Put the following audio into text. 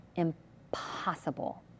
Impossible